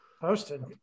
Posted